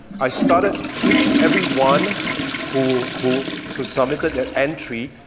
i started tweeting everyone who who so submitted their entry,